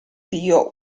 dio